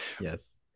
Yes